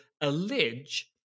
allege